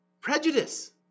prejudice